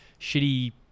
shitty